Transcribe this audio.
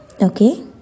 Okay